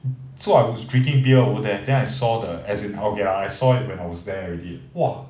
so I was drinking beer over there then I saw the as in okay lah I saw it when I was there already !wah!